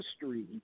history